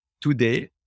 today